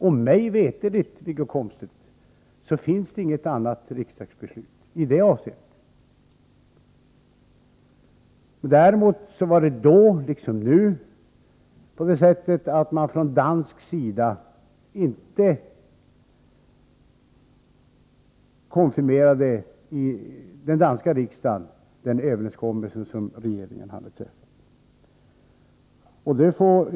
Och mig veterligt, Wiggo Komstedt, finns det inget annat riksdagsbeslut i det avseendet. Däremot var det, då liksom nu, på det sättet att den danska riksdagen inte konfirmerade den överenskommelse som regeringarna hade träffat.